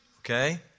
Okay